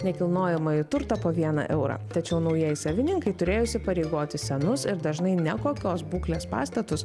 nekilnojamąjį turtą po vieną eurą tačiau naujieji savininkai turėjo įsipareigoti senus ir dažnai nekokios būklės pastatus